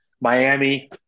Miami